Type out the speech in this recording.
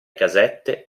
casette